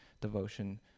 devotion